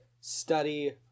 study